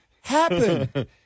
happen